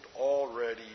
already